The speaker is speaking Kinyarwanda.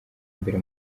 mbere